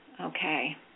Okay